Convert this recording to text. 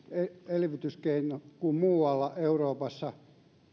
elvytyskeino kun muualla euroopassa